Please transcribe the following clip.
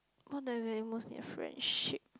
what do I value most in a friendship